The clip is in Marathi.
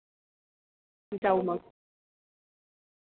हो हो दादा वगैरेंना विचारून घ्या तुम्ही